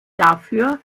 dafür